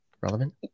relevant